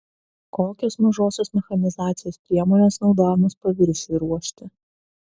kokios mažosios mechanizacijos priemonės naudojamos paviršiui ruošti